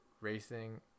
racing